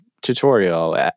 tutorial